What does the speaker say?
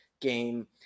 game